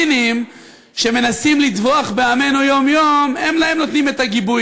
גינינו פה את המעשה.